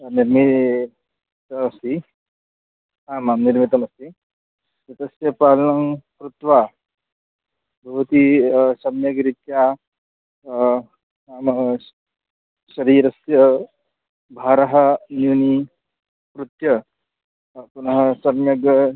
मन्ये तद् अस्ति आमां निर्मितमस्ति एतस्य पालनं कृत्वा भवती सम्यग्रीत्या नाम स् शरीरस्य भारं न्यूनी कृत्य पुनः सम्यग्